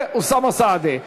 ואוסאמה סעדי.